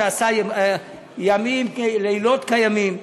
שעשה לילות כימים,